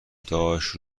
داشت